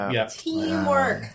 Teamwork